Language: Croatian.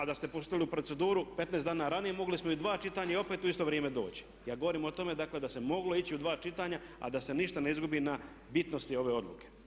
A da ste pustili u proceduru 15 dana ranije mogli smo i dva čitanja i opet u isto vrijeme doći, Ja govorim o tome dakle da se moglo ići u dva čitanja a da se ništa ne izgubi na bitnosti ove odluke.